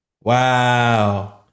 Wow